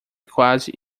quase